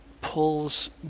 pulls